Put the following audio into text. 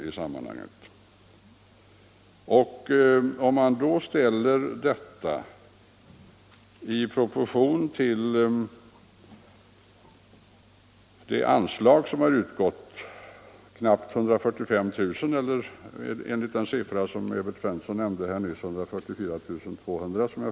Bidrag till denna verksamhet har utgått med knappt 145 000 kr. enligt vad herr Svensson i Kungälv nyss nämnde — jag tror det exakta beloppet är 144 200 kr.